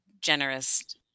generous